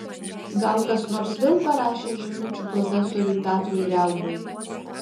gal kas nors vėl parašė žinučių profesoriui petrui riaubai